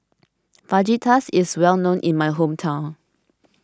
Fajitas is well known in my hometown